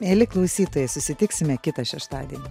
mieli klausytojai susitiksime kitą šeštadienį